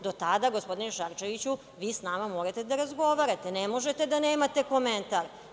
Do tada, gospodine Šarčeviću, vi s nama morate da razgovarate, ne možete da nemate komentar.